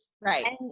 Right